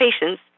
patients